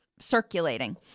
Circulating